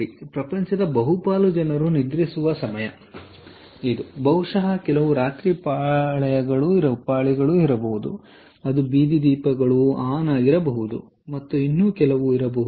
ಆದ್ದರಿಂದ ಪ್ರಪಂಚದ ಬಹುಪಾಲು ಜನರು ನಿದ್ರಿಸುವ ಸಮಯ ಇದು ಬಹುಶಃ ಕೆಲವು ರಾತ್ರಿ ಪಾಳಿಗಳು ಇರಬಹುದು ಅದು ಬೀದಿ ದೀಪಗಳು ಆನ್ ಆಗಿರಬಹುದು ಮತ್ತು ಇನ್ನೂ ಕೆಲವು ಇರಬಹುದು